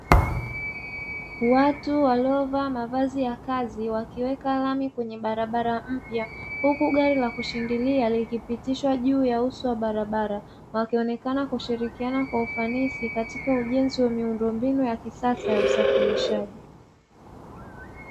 Watu waliovaa mavazi ya kazi wakiweka rami kwenye barabara mpya huku gari la kushidilia likipitishwa juu ya uso wa barabara, wakionekana kushirikiana kwa ufanisi katika ujenzi wa miundombinu ya kisasa ya usafirishaji.